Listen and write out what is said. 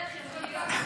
איך זה יכול להיות?